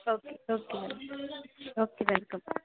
okay okay okay welcome